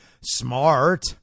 smart